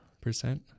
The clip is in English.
Percent